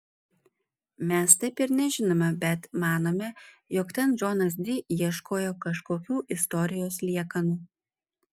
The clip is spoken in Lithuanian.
mes taip ir nežinome bet manome jog ten džonas di ieškojo kažkokių istorijos liekanų